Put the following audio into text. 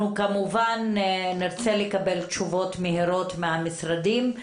אנחנו כמובן נרצה לקבל תשובות מהירות מהמשרדים.